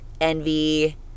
envy